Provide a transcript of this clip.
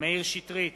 מאיר שטרית,